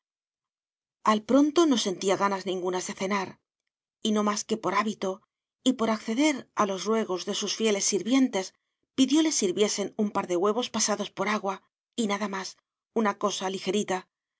al pronto no sentía ganas ningunas de cenar y no más que por hábito y por acceder a los ruegos de sus fieles sirvientes pidió le sirviesen un par de huevos pasados por agua y nada más una cosa lijerita